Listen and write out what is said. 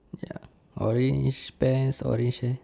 ya orange pants orange same